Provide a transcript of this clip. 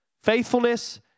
Faithfulness